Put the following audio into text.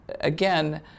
again